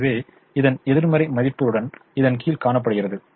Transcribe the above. எனவே இது எதிர்மறை மதிப்புகளுடன் இதன் கீழ் காணப்படுகிறது